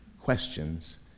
questions